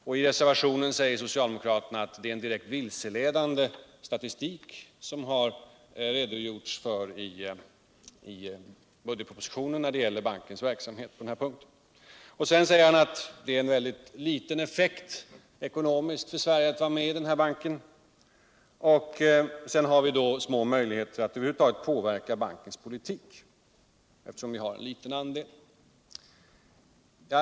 Och i reservationen säger socialdemokraterna att det är en direkt vilseledande statistik som lämnats i budgetpropositionen när det gäller bankens verksamhet på den här punkten. För det andra säger han att det ekonomiskt ger mycket liten effekt för Sverige att vara med i denna bank. För det tredje har vi små möjligheter att över huvud taget påverka bankens politik, eftersom vi bara har en liten andel i den.